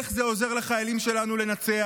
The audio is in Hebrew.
איך זה עוזר לחיילים שלנו לנצח?